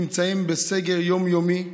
נמצאים בסגר יום-יומי.